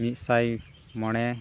ᱢᱤᱫ ᱥᱟᱭ ᱢᱚᱬᱮ